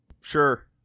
Sure